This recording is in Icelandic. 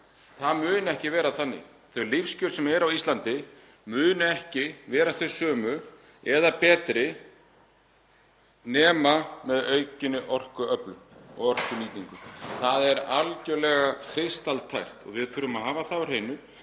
það mun ekki verða þannig, þau lífskjör sem eru á Íslandi munu ekki verða þau sömu eða betri nema með aukinni orkuöflun og orkunýtingu. Það er algjörlega kristaltært. Við þurfum að hafa það á hreinu